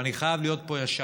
ואני חייב להיות פה ישר: